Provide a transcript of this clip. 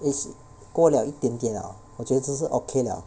is 过 liao 一点点 liao 我觉得这是 okay liao